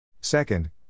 Second